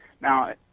Now